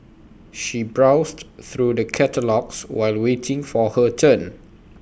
she browsed through the catalogues while waiting for her turn